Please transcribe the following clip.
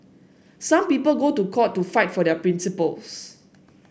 some people go to court to fight for their principles